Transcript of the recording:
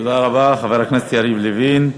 תודה רבה, חבר הכנסת יריב לוין.